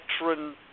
veteran